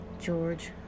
George